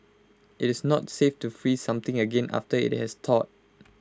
IT is not safe to freeze something again after IT has thawed